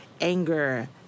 anger